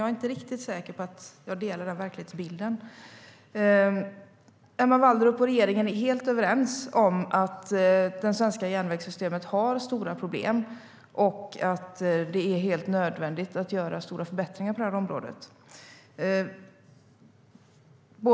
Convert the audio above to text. Jag är inte riktigt säker på att jag delar den verklighetsbilden. Emma Wallrup och regeringen är helt överens om att det svenska järnvägssystemet har stora problem och att det är helt nödvändigt att göra stora förbättringar på området.